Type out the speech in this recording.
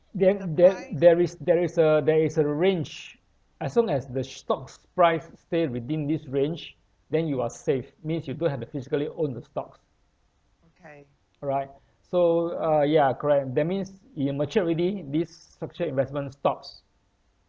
then then there is there is a there is a range as long as the stocks price stay within this range then you are safe means you don't have to physically own the stocks alright so uh ya correct that means it matured already this structured investment stops